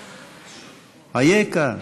אייכה?